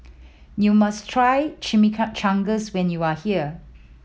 you must try Chimichangas when you are here